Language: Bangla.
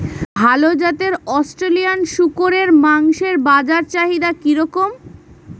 ভাল জাতের অস্ট্রেলিয়ান শূকরের মাংসের বাজার চাহিদা কি রকম?